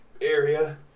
area